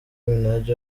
minaj